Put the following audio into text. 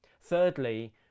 Thirdly